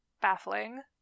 Baffling